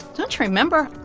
don't you remember?